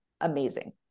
amazing